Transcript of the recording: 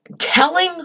telling